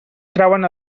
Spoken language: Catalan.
trauen